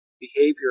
behavior